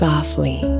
Softly